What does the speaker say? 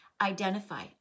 identify